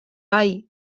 bai